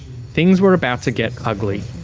things were about to get ugly.